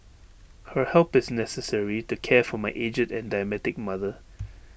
her help is necessary to care for my aged and diabetic mother